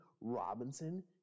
Robinson